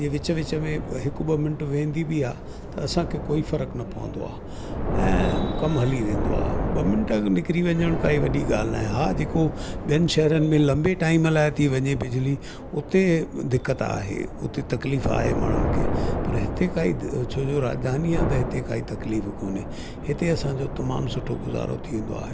जीअं विच विच में हिकु ॿ मिंट वेंदी बि आहे त असांखे कोई फ़र्कु न पवंदो आहे ऐं कमु हली वेंदो आहे ॿ मिंट अगरि निकिरी वञणु काई वॾी ॻाल्हि न आहे हा जेको ॿियनि शहरनि में लंबे टाइम लाइ थी वञे बिजली उते दिक़त आहे उते तकलीफ़ आहे माण्हुनि खे पर हिते काई छोजो राजधानी आहे त हिते काई तकलीफ़ कोन्हे हिते असांजो तमामु सुठो गुज़ारो थी वेंदो आहे